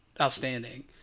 outstanding